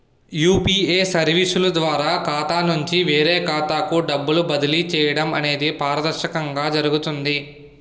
UPA సర్వీసుల ద్వారా ఖాతా నుంచి వేరే ఖాతాకు డబ్బులు బదిలీ చేయడం అనేది పారదర్శకంగా జరుగుతుంది